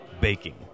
baking